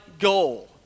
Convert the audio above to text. goal